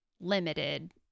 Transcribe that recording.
limited